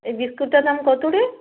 এই বিস্কুটটার দাম কত রে